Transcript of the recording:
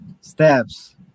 steps